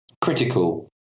critical